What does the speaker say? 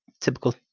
Typical